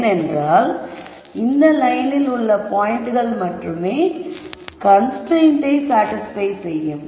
ஏனென்றால் இந்த லயனில் உள்ள பாயிண்ட்கள் மட்டுமே கன்ஸ்ரைன்ட்டை சாடிஸ்பய் செய்யும்